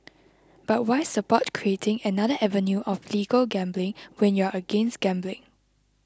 but why support creating another avenue of legal gambling when you're against gambling